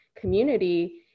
community